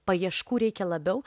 paieškų reikia labiau